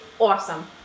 awesome